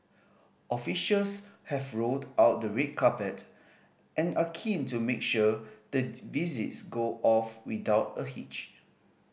officials have rolled out the red carpet and are keen to make sure the visits go off without a hitch